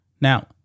Now